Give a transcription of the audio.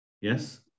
Yes